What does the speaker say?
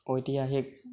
ঐতিহাসিক